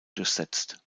durchsetzt